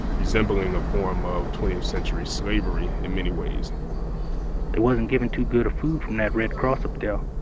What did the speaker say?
resembling a form of twentieth century slavery in many ways they wasn't given too good of food from that red cross up there.